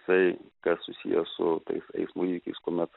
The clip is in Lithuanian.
tai kas susiję su tais eismo įvykiais kuomet